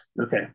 Okay